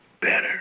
better